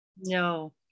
No